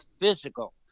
physical